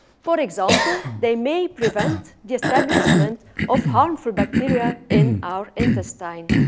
for example they may prevent the establishment of harmful bacteria in our intestine.